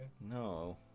No